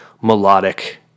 melodic